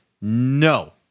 No